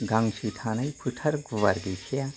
गांसो थानाय फोथार गुवार गैखाया